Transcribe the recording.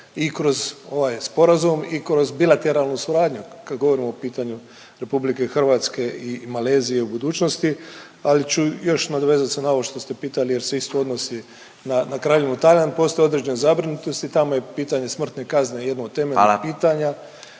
i kroz ovaj sporazum i kroz bilateralnu suradnju kad govorimo o pitaju RH i Malezije u budućnosti, ali ću još nadovezat se na ovo što ste pitali jer se isto odnosi na Kraljevinu Tajland. Postoje određene zabrinutosti tamo je pitanje smrtne kazne jedno od … …/Upadica